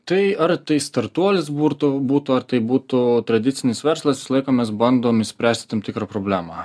tai ar tai startuolis burtų būtų ar tai būtų tradicinis verslas visą laiką mes bandom išspręsti tam tikrą problemą